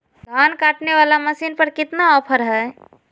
धान काटने वाला मसीन पर कितना ऑफर हाय?